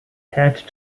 tijd